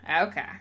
Okay